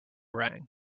rang